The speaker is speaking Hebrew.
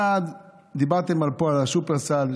אחד, דיברתם פה על השופרסל.